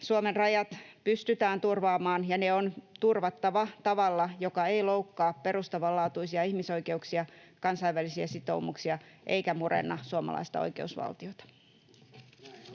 Suomen rajat, pystytään turvaamaan, ja ne on turvattava tavalla, joka ei loukkaa perustavanlaatuisia ihmisoikeuksia, kansainvälisiä sitoumuksia eikä murenna suomalaista oikeusvaltiota.